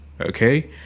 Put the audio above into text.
Okay